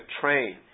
train